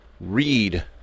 read